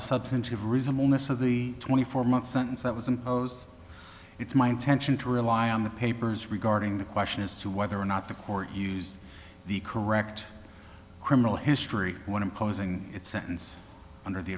the substantive reason most of the twenty four month sentence that was imposed it's my intention to rely on the papers regarding the question as to whether or not the court use the correct criminal history when imposing its sentence under the